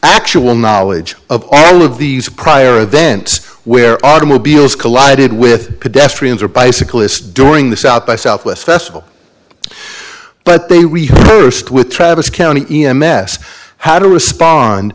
actual knowledge of all of these prior then where automobiles collided with pedestrians or bicyclists during the south by southwest festival but they rehearsed with travis county e m s how to respond